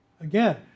Again